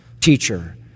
teacher